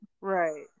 Right